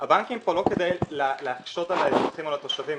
הבנקים פה לא כדי להקשות על האזרחים או על התושבים.